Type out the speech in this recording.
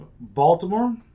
Baltimore